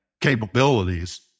capabilities